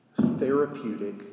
therapeutic